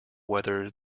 whether